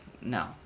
no